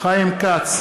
יעקב